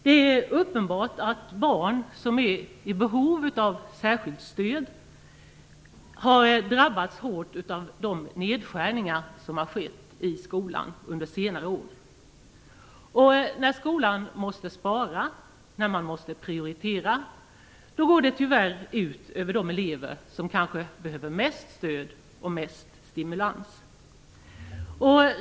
Det är uppenbart att barn som är i behov av särskilt stöd har drabbats hårt av de nedskärningar som har skett i skolan under senare år. När skolan måste spara, när man måste prioritera, då går det tyvärr ut över de elever som kanske behöver mest stöd och mest stimulans.